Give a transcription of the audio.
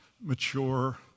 mature